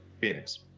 Phoenix